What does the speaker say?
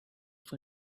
for